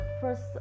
first